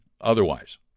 otherwise